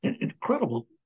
incredible